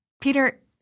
Peter